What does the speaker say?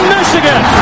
Michigan